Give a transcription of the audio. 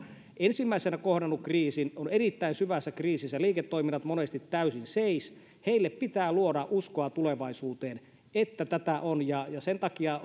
ensimmäisenä kohdannut kriisin on erittäin syvässä kriisissä liiketoiminnat monesti täysin seis heille pitää luoda uskoa tulevaisuuteen että sitä on sen takia